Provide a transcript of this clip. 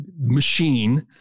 machine